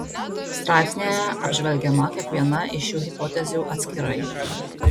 straipsnyje apžvelgiama kiekviena iš šių hipotezių atskirai